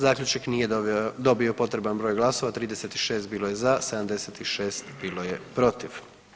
Zaključak nije dobio potreban broj glasova, 36 bilo je za, 76 bilo je protiv.